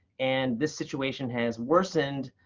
and this situation has worsened